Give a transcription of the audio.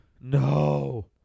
No